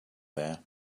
there